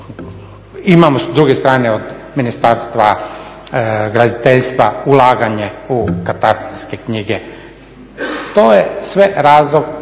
imamo s druge strane od Ministarstva graditeljstva ulaganje u katastarske knjige. To je sve razlog